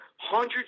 hundreds